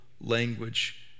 language